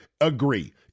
agree